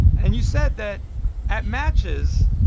and you said that at matches,